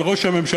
על ראש הממשלה,